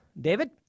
David